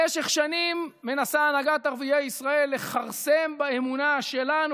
במשך שנים מנסה הנהגת ערביי ישראל לכרסם באמונה שלנו,